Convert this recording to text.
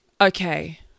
Okay